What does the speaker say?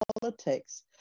politics